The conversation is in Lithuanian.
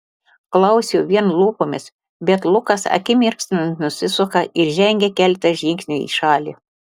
klausiu vien lūpomis bet lukas akimirksniu nusisuka ir žengia keletą žingsnių į šalį